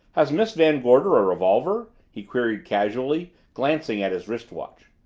has miss van gorder a revolver? he queried casually, glancing at his wrist watch.